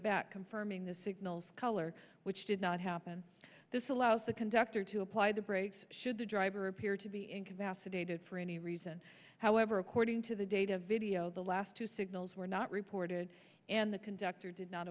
back confirming the signals color which did not happen this allows the conductor to apply the brakes should the driver appear to be incapacitated for any reason however according to the data video the last two signals were not reported and the conductor did not